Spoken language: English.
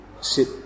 sit